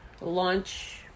launch